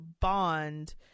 bond